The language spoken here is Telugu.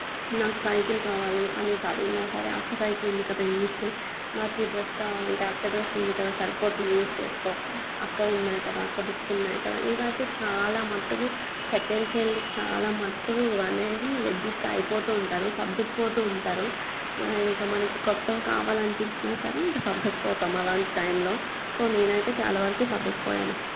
నాకు సైకిల్ కావాలి అనేసి అడిగినా సరే అక్క సైకిల్ ఉంది కదా యూస్ చెయ్యి నాకు ఈ డ్రెస్ కావాలంటే అక్క డ్రెస్ ఉంది కదా సరిపోతుంది యూస్ చేసుకో అక్కవి ఉన్నాయి కదా అక్క బుక్స్ ఉన్నాయి కదా ఇవైతే చాలా మట్టుకు సెకండ్ చైల్డ్కి చాలా మట్టుకు ఇవి అనేవి అడ్జస్ట్ అయిపోతూ ఉంటారు సర్దుకుపోతూ ఉంటారు ఇంకా మనకి క్రొత్తవి కావాలనిపించినా సరే ఇంకా సర్దుకుపోతాము అలాంటి టైంలో సో నేను అయితే చాలా వరకు సర్దుకుపోయాను